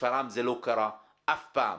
בשפרעם זה לא קרה אף פעם